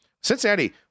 Cincinnati